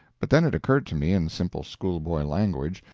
but then it occurred to me, in simple school-boy language,